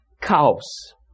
cows